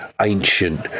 ancient